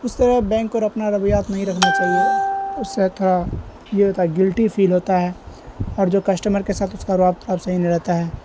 اس طرح بینک کو اور اپنا رویات نہیں رکھنا چاہیے اس سے تھوڑا یہ ہوتا ہے گلٹی فیل ہوتا ہے اور جو کسٹمر کے ساتھ اس کا روب صحیح نہیں رہتا ہے